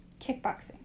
Kickboxing